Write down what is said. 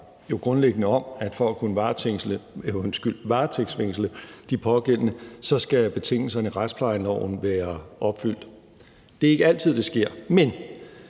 jo grundlæggende om, at for at kunne varetægtsfængsle de pågældende skal betingelserne i retsplejeloven være opfyldt. Det er ikke altid, det sker. Men